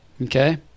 Okay